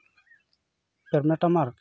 ᱯᱮᱢᱮᱱᱴᱟᱢᱟ